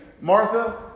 Martha